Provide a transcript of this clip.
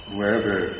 Wherever